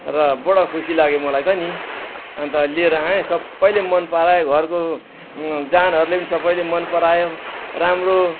र बडो खुसी लाग्यो मलाई त नि अन्त लिएर आएँ सबैले मन परायो घरको जानहरूले पनि सबैले मन परायो राम्रो